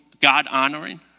God-honoring